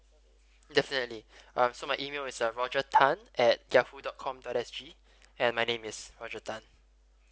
definitely um so my email is uh roger tan at yahoo dot com dot s g and my name is roger tan